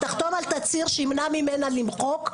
היא תחתום על תצהיר שימנע ממנה למחוק,